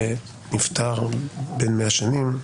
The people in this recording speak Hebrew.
שנפטר בן 100 שנים.